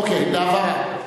אוקיי, להבהרה.